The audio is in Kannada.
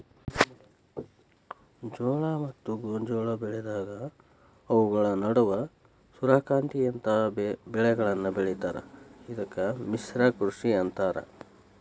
ಜೋಳ ಮತ್ತ ಗೋಂಜಾಳ ಬೆಳೆದಾಗ ಅವುಗಳ ನಡುವ ಸೂರ್ಯಕಾಂತಿಯಂತ ಬೇಲಿಗಳನ್ನು ಬೆಳೇತಾರ ಇದಕ್ಕ ಮಿಶ್ರ ಕೃಷಿ ಅಂತಾರ